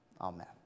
Amen